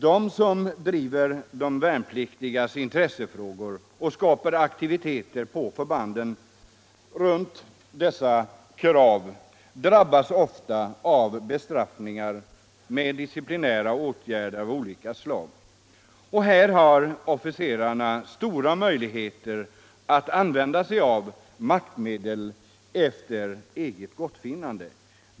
De som driver de värnpliktigas intressefrågor och skapar aktiviteter på förbanden runt dessa krav drabbas ofta av bestraffningar i form av disciplinära åtgärder av olika slag. Här har officerarna stora möjligheter att använda sig av maktmedel efter eget gottfinnande.